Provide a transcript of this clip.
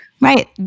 Right